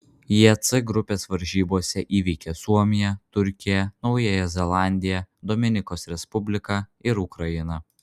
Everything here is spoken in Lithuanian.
jie c grupės varžybose įveikė suomiją turkiją naująją zelandiją dominikos respubliką ir ukrainą